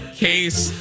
case